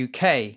UK